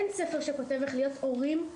אין ספר שכותב איך להיות הורים,